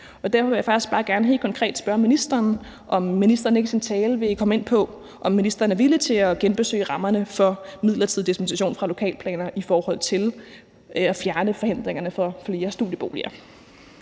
Og derfor vil jeg faktisk bare gerne helt konkret spørge ministeren, om hun ikke i sin tale vil komme ind på, om hun er villig til at genbesøge rammerne for midlertidig dispensation fra lokalplaner i forhold til at fjerne forhindringerne for flere studieboliger.